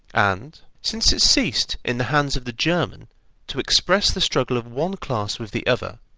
and, since it ceased in the hands of the german to express the struggle of one class with the other,